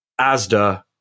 Asda